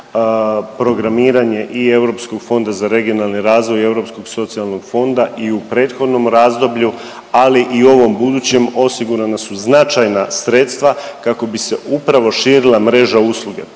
programiranje i Europskog fonda za regionalni razvoj i Europskog socijalnog fonda i u prethodnom razdoblju, ali i ovom budućem osigurana su značajna sredstva kako bi se upravo širila mreža usluge.